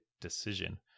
decision